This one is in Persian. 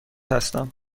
هستم